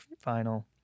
final